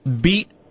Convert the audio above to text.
beat